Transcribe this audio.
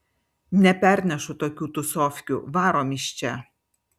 nepernešu tokių tūsofkių varom iš čia